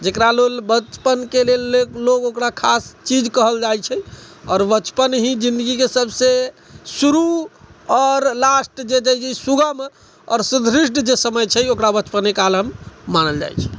जेकरा लोग बचपन के लेल लोग ओकरा खास चीज कहल जाइ छै आओर बचपन ही जिनगी के सबसे शुरू आओर लास्ट जे सुगम आओर सुदृढ जे समय छै ओकरा बचपने काल मानल जाय छै